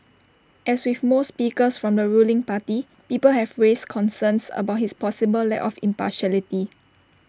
as with most speakers from the ruling party people have raised concerns about his possible lack of impartiality